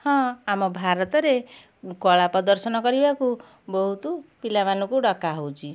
ହଁ ଆମ ଭାରତରେ କଳା ପ୍ରଦର୍ଶନ କରିବାକୁ ବହୁତ ପିଲାମାନଙ୍କୁ ଡକାହଉଛି